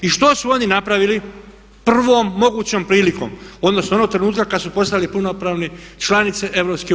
I što su oni napravili prvom mogućom prilikom, odnosno onog trenutka kada su postali punopravne članice EU.